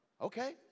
okay